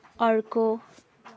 अर्को